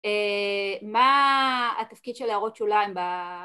מה התפקיד של להראות שוליים ב...